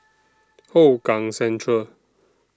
Hougang Central